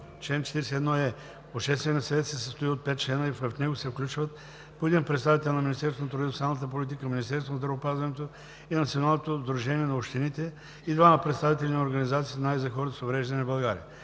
Чл. 41е. Общественият съвет се състои от пет члена и в него се включват по един представител на Министерство на труда и социалната политика, Министерство на здравеопазването и на Националното сдружението на общините и двама представители на организациите на и за хората с увреждания в България.